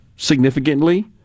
Significantly